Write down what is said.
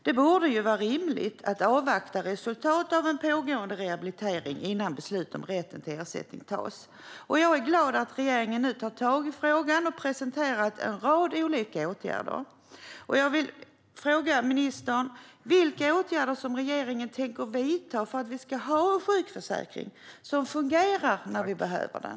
Det borde ju vara rimligt att avvakta resultat av en pågående rehabilitering innan beslut om rätten till ersättning tas. Jag är glad över att regeringen nu tar tag i frågan och har presenterat en rad olika åtgärder. Jag vill fråga ministern vilka åtgärder regeringen tänker vidta för att vi ska ha en sjukförsäkring som fungerar när vi behöver den.